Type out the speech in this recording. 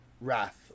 Wrath